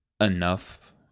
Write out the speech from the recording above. enough